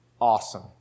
awesome